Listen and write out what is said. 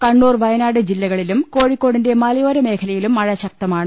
കണ്ണൂർ വയനാട് ജില്ലകളിലും കോഴിക്കോടിന്റെ മലയോര മേഖ ലയിലും മഴ ശക്തമാണ്